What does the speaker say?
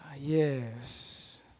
Yes